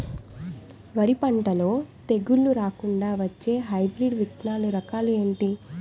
వరి పంటలో తెగుళ్లు రాకుండ వచ్చే హైబ్రిడ్ విత్తనాలు రకాలు ఏంటి?